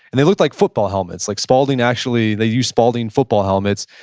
they looked like football helmets, like spalding actually, they used spalding football helmets,